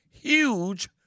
huge